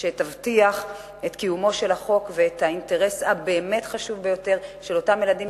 שתבטיח את קיומו של החוק ואת האינטרס הבאמת חשוב ביותר של אותם ילדים,